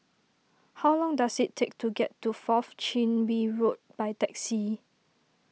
how long does it take to get to Fourth Chin Bee Road by taxi